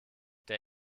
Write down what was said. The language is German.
der